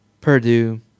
Purdue